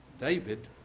David